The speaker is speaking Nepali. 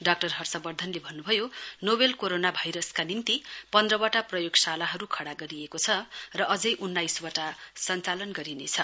डाक्टर हर्षवर्धनले भन्नु भयो नोबेल कोरोना भाइरसका निम्ति पन्धवटा प्रयोगशालाहरू खडा गरिएको छ र अझै उन्नाइसवाट सञ्चालन गरिनेछ